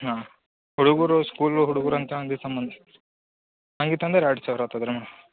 ಹಾಂ ಹುಡುಗರು ಸ್ಕೂಲ್ ಹುಡುಗರು ಅಂತ ಅಂದಿದ್ದ ಸಂಬಂಧ ಹಂಗಿತ್ತು ಅಂದ್ರೆ ಎರಡು ಸಾವಿರ ಆತದೆ ರೀ ಮೇಡಮ್